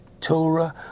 Torah